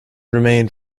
remain